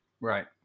right